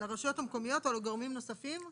לרשויות המקומיות או לגורמים נוספים".